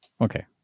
Okay